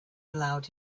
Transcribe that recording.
allowed